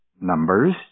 Numbers